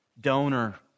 donor